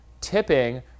tipping